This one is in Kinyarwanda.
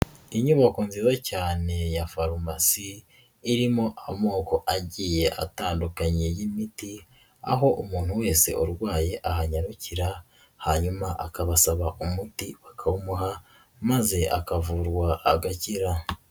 Inyubako nziza cyane ya farumasi irimo amoko agiye atandukanye y'imiti, aho umuntu wese urwaye ahanyarukira hanyuma akabasaba umuti bakawumuha, maze akavurwa agakira.